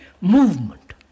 movement